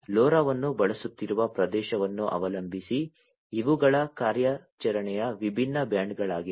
LoRa ವನ್ನು ಬಳಸುತ್ತಿರುವ ಪ್ರದೇಶವನ್ನು ಅವಲಂಬಿಸಿ ಇವುಗಳ ಕಾರ್ಯಾಚರಣೆಯ ವಿಭಿನ್ನ ಬ್ಯಾಂಡ್ಗಳಾಗಿವೆ